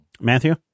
Matthew